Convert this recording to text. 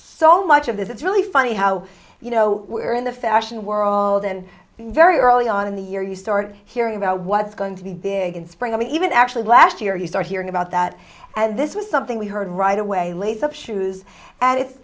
so much of this it's really funny how you know we're in the fashion world and very early on in the year you start hearing about what's going to be big in spring and even actually last year you start hearing about that and this was something we heard right away leads up shoes and it's